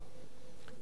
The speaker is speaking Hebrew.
את הדוח הזה